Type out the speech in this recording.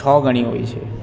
છ ગણી હોય છે